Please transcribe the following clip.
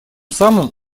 самым